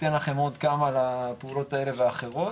ניתן לכם עוד כמה לפעולות האלה ואחרות,